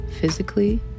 physically